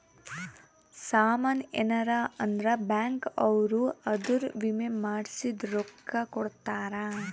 ಸಾಮನ್ ಯೆನರ ಅದ್ರ ಬ್ಯಾಂಕ್ ಅವ್ರು ಅದುರ್ ವಿಮೆ ಮಾಡ್ಸಿದ್ ರೊಕ್ಲ ಕೋಡ್ತಾರ